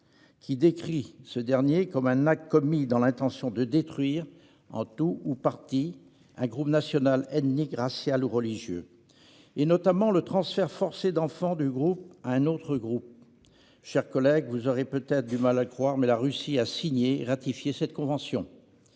qui décrit ce dernier comme un acte « commis dans l'intention de détruire, en tout ou partie, un groupe national, ethnique, racial ou religieux », notamment par le « transfert forcé d'enfants du groupe à un autre groupe ». Mes chers collègues, vous aurez peut-être du mal à le croire, mais la Russie a signé et ratifié cette convention